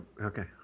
Okay